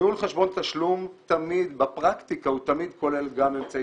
ניהול חשבון תשלום בפרקטיקה הוא תמיד כולל גם אמצעי